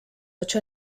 ocho